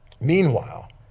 Meanwhile